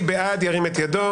מי בעד, ירים את ידו?